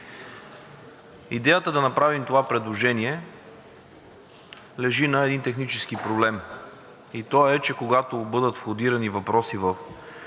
Идеята да направим това предложение лежи на един технически проблем и той е, че когато бъдат входирани въпроси в